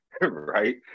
Right